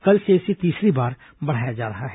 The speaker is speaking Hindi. कल से इसे तीसरी बार बढ़ाया जा रहा है